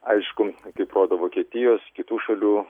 aišku kaip rodo vokietijos kitų šalių